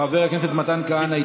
חבר הכנסת מתן כהנא,